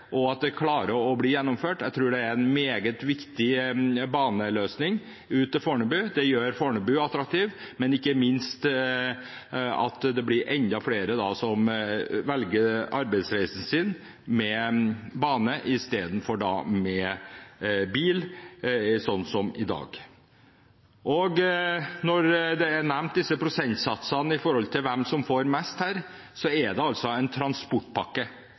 men at man klarer å få gjennomført det. Jeg tror det er en meget viktig baneløsning ut til Fornebu. Det gjør Fornebu attraktiv, men ikke minst kan enda flere velge å ta arbeidsreisen sin med bane istedenfor med bil, sånn som i dag. Når disse prosentsatsene og hvem som får mest, blir nevnt, er det altså en transportpakke